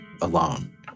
alone